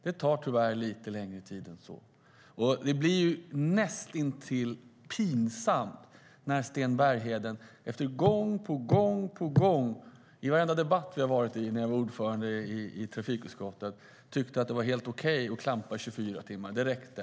Det tar tyvärr lite längre tid än så. Det blir näst intill pinsamt när Sten Bergheden efter att gång på gång i varenda debatt vi varit i när jag var ordförande i trafikutskottet tyckte att det var helt okej att klampa i 24 timmar. Det räckte.